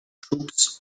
troops